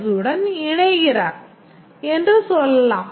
S உடன் இணைகிறார் என்று சொல்லலாம்